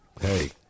Hey